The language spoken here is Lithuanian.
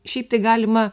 šiaip tai galima